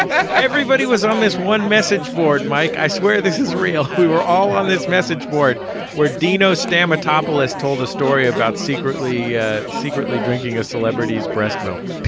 everybody was on this one message board. mike i swear this is real. we were all on this message board where dino stamm a topless told a story about secretly ah secretly drinking a celebrity's breast milk